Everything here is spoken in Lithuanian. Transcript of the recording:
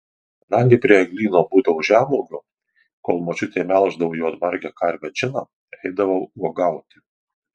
kadangi prie eglyno būdavo žemuogių kol močiutė melždavo juodmargę karvę džiną eidavau uogauti